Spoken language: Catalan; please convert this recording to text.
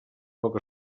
poc